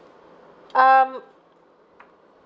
um